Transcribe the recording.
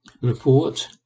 Report